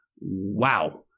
Wow